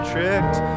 tricked